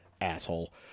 asshole